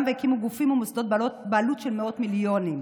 והקימו גופים ומוסדות בעלות של מאות מיליונים,